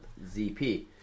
ZP